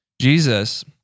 Jesus